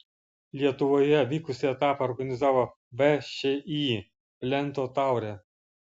lietuvoje vykusį etapą organizavo všį plento taurė